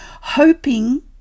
hoping